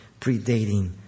predating